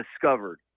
discovered